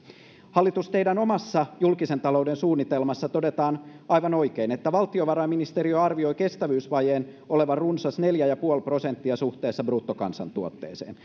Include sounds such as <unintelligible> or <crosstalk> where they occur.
hallitus teidän omassa julkisen talouden suunnitelmassanne todetaan aivan oikein että valtiovarainministeriö arvioi kestävyysvajeen olevan runsas neljä pilkku viisi prosenttia suhteessa bruttokansantuotteeseen <unintelligible>